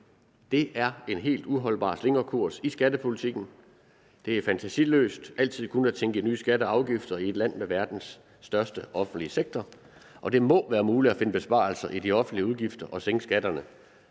Det er en helt uholdbar slingrekurs i skattepolitikken. Det er fantasiløst altid kun at tænke i nye skatter og afgifter i et land med verdens største offentlige sektor, og det må være muligt at finde besparelser i de offentlige udgifter og sænke skatterne.